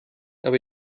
aber